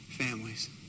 families